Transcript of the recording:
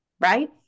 right